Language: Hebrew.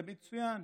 זה מצוין.